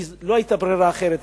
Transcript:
כי לא היתה ברירה אחרת,